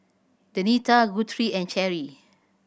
Denita Guthrie and Cheri